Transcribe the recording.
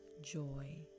joy